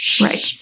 Right